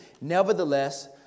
Nevertheless